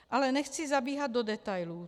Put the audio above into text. Ale nechci zabíhat do detailů.